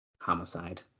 Homicide